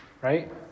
right